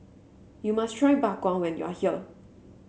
you must try Bak Chang when you are here